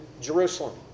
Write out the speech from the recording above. Jerusalem